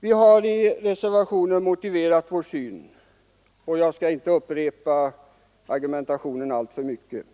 Vi har i reservationen 1 motiverat vår syn, och jag skall inte upprepa argumentationen alltför mycket.